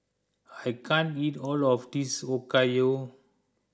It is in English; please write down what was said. I can't eat all of this Okayu